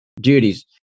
duties